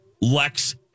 Lex